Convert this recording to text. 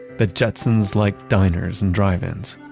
the jetsons-like diners and drive-ins.